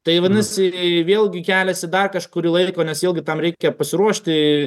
tai vadinasi vėlgi keliasi dar kažkurį laiką nes vėlgi tam reikia pasiruošti